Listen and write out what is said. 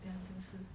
很城市